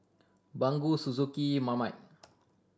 Baggu Suzuki Marmite